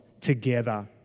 together